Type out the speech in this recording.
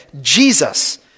Jesus